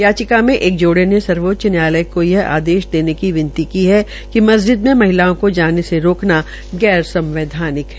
याचिका मे एक जोड़े ने सर्वोच्च न्यायालय को यह आदेश देने की विनती की है कि मस्जिद मे महिलाओं को जाने से रोकना गैर संवैधानिक है